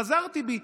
חזרתי בי.